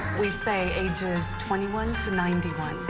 we say ages twenty one to ninety one.